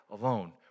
alone